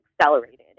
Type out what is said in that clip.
accelerated